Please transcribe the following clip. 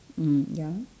mm ya